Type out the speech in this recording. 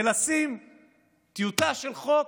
לשים טיוטה של חוק